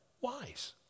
wise